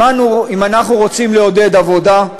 אם אנחנו רוצים לעודד עבודה,